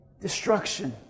destruction